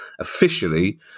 officially